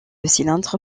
cylindre